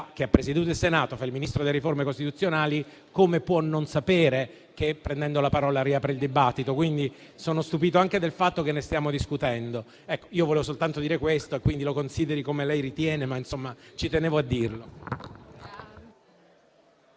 che ha presieduto il Senato e fa il Ministro delle riforme costituzionali come può non sapere che, prendendo la parola, riapre il dibattito? Sono stupito anche del fatto che ne stiamo discutendo. Volevo soltanto dire questo, signor Presidente; lo consideri come lei ritiene, ma ci tenevo a dirlo.